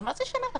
אז מה זה שנה וחצי?